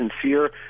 sincere